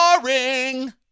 boring